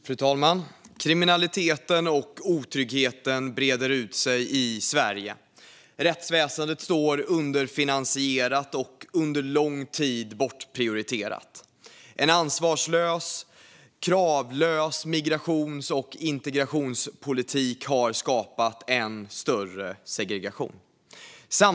Fru talman! "Kriminaliteten och otryggheten breder ut sig i Sverige. Rättsväsendet står underfinansierat och under lång tid bortprioriterat. En ansvarslös, kravlös migrations och integrationspolitik har skapat än större segregation. Tilltron till polis och rättsväsendet blir allt mindre.